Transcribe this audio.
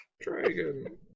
Dragon